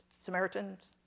Samaritans